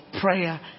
prayer